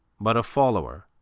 but a follower.